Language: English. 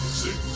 six